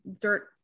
dirt